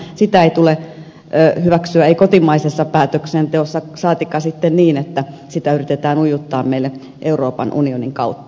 sitä ei tule hyväksyä ei kotimaisessa päätöksenteossa saatikka sitten niin että sitä yritetään ujuttaa meille euroopan unionin kautta